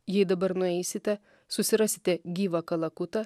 jei dabar nueisite susirasite gyvą kalakutą